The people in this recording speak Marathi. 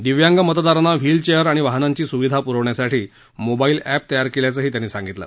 दिव्यांग मतदारांना व्हिल चेअर आणि वाहनांची स्विधा प्रवण्यासाठी मोबाईल एप तयार केल्याचंही त्यांनी सांगितलं